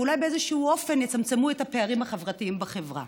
ואולי באיזשהו אופן יצמצמו את הפערים החברתיים בחברה.